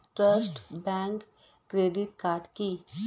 Trust bank credit card কি?